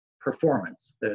performance